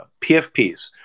PFPs